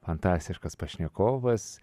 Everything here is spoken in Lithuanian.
fantastiškas pašnekovas